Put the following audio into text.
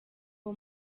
uwo